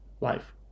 life